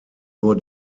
nur